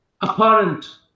apparent